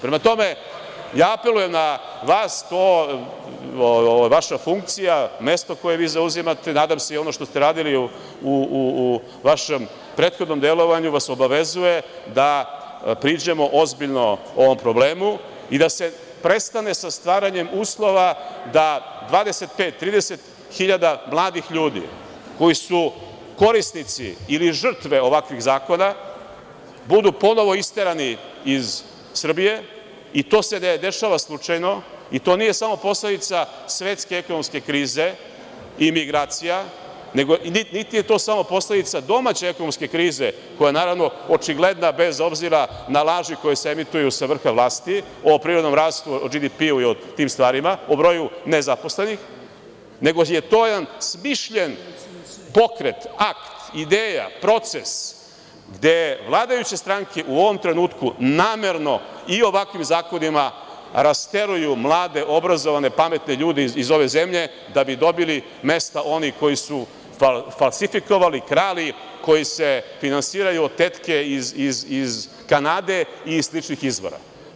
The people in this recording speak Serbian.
Prema tome, ja apelujem na vas, to vaša funkcija, mesto koje vi zauzimate, nadam se i ono što ste radili u vašem prethodnom delovanju vas obavezuje da priđemo ozbiljno ovom problemu i da se prestane sa stvaranjem uslova da 25-30 hiljada mladih ljudi koji su korisnici ili žrtve ovakvih zakona budu ponovo isterani iz Srbije i to se ne dešava slučajno i to nije samo posledica svetske ekonomske krize i migracija, niti je to samo posledica domaće ekonomske krize, koja je, naravno, očigledna, bez obzira na laži koje se emituju sa vrha vlasti o privrednom rastu, o BDP-u i o tim stvarima, po broju nezaposlenih, nego je to jedan smišljen pokret, akt, ideja, proces gde vladajuće stranke u ovom trenutku namerno i ovakvim zakonima rasteruju mlade, obrazovane, pametne ljude iz ove zemlje, da bi dobili mesta oni koji su falsifikovali, krali, koji se finansiraju od tetke iz Kanade i sličnih izvora.